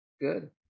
Good